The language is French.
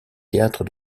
théâtres